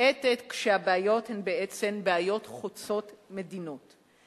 ומתמעטת כשהבעיות הן בעצם בעיות חוצות מדינות.